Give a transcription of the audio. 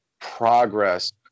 progress